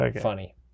funny